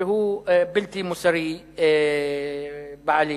שהוא בלתי מוסרי בעליל.